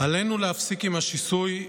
עלינו להפסיק עם השיסוי,